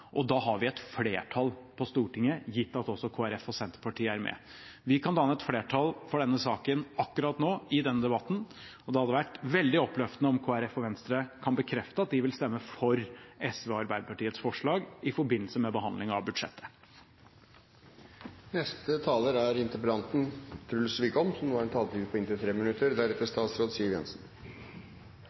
og da har vi et flertall på Stortinget, gitt at også Kristelig Folkeparti og Senterpartiet er med. Vi kan danne et flertall for denne saken akkurat nå i denne debatten. Det hadde vært veldig oppløftende om Kristelig Folkeparti og Venstre kan bekrefte at de vil stemme for SV og Arbeiderpartiets forslag i forbindelse med behandlingen av budsjettet. Det var jo en veldig spennende oppsummering fra representanten Serigstad Valen på